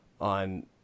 on